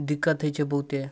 दिक्कत होइ छै बहुते